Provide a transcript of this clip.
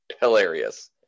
hilarious